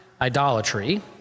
idolatry